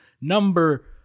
Number